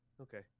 okay